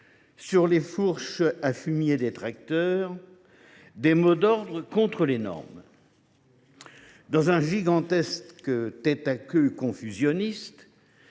sur les fourches à fumier des tracteurs, des mots d’ordre contre les normes. Dans un gigantesque tête à queue confusionniste,